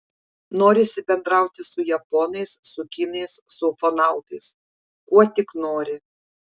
norisi bendrauti su japonais su kinais su ufonautais kuo tik nori